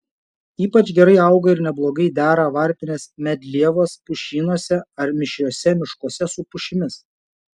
ypač gerai auga ir neblogai dera varpinės medlievos pušynuose ar mišriuose miškuose su pušimis